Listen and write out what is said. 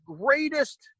greatest